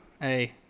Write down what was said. Hey